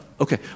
Okay